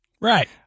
Right